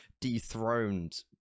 dethroned